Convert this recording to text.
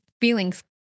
feelings